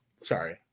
sorry